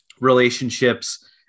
relationships